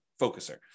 focuser